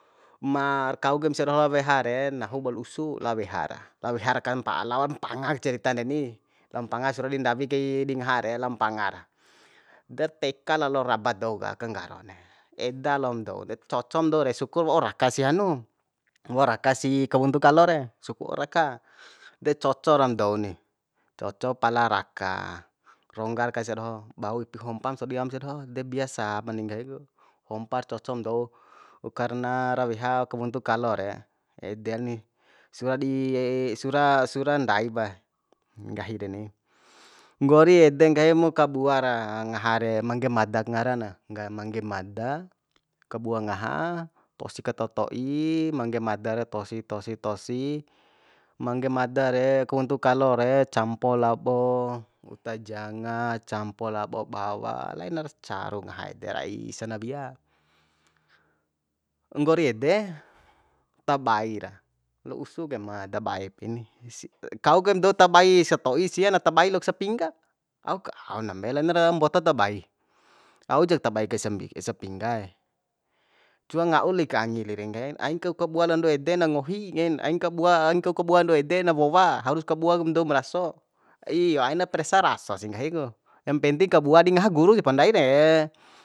Mar kau kaim sia doho lao weha re nahu bol usu lao weha ra lao wehar ka lao mpangak ceritan deni lao mpanga sura di ndawi kai di ngaha re lao mpanga ra de teka lalo raba dou ka aka nggaron de eda lom dou de cocom dou re sukur waur raka si hanu waur raka sih kawuntu kalo re suku waur raka de coco ram dou ni coco pala raka ronggar aka sia doho bau ipi kai hompam sodi aom sia doho de biasapa ni nggahi ku hompar cocom dou karna ra weha kawunru kalo re ede ni sura di sura sura ndai pae nggahi reni nggori ede nggahi mu kabua ra ngaha re mangge madak ngara na mangge mada kabua ngaha tosi ka toto'i mangge mada re tosi tosi tosi mangge mada re kawuntu kalo re campo labo uta janga campo labo bawa lainar caru ngaha ede rai sanawia nggori ede tabai ra la usus de ma daba e ipi ni kau kaim dou tabai sato'i sia na tabai lok sapingga auk aon dambe lainara mboto tabai aujak tabai kai sa sapinggae cua nga'u lik angi le re nggahin ain kau kabua andou ede na ngohi nggahina aina kabua aina kau kabua andou ede na wowa harus kabua kum doum raso iyo aina paresa raso sih nggahi ku yang penting kabua di ngaha guru japa ndai re